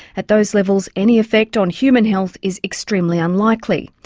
at those levels any effect on human health is extremely unlikely.